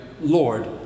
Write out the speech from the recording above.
Lord